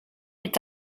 est